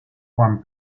juan